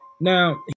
Now